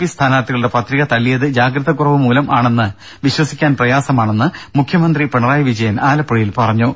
P സ്ഥാനാർഥികളുടെ പത്രിക തള്ളിയത് ജാഗ്രത കുറവുമൂലം ആണെന്ന് വിശ്വസിക്കാൻ പ്രയാസമാണെന്ന് മുഖ്യമന്ത്രി പിണറായി വിജയൻ ആലപ്പുഴയിൽ പറഞ്ഞു